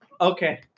Okay